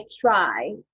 try